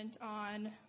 on